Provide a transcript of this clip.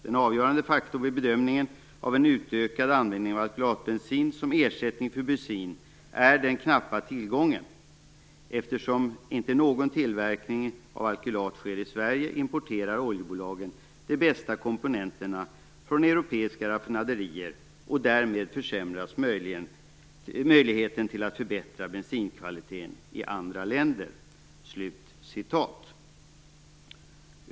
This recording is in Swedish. Den avgörande faktorn vid bedömningen av en utökad användning av alkylatbensin som ersättning för bensin är den knappa tillgången. Eftersom inte någon tillverkning av alkylat sker i Sverige importerar oljebolagen de bästa komponenterna från europeiska raffinaderier och därmed försämras möjligheten till att införa bättre bensinkvaliteter i andra länder."